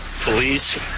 police